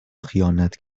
خیانت